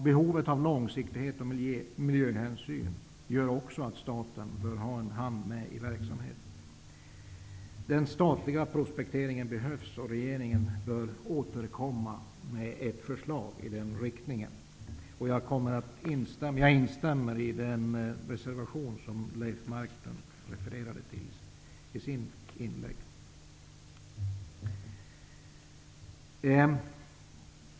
Behovet av långsiktighet och miljöhänsyn gör också att staten bör ha en hand med i verksamheten. Den statliga prospekteringen behövs, och regeringen bör återkomma med ett förslag i den riktningen. Jag instämmer i den reservation som Leif Marklund refererade till.